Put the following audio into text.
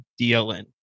DLN